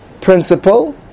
principle